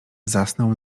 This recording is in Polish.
zasnął